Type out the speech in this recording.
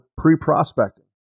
pre-prospecting